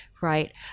right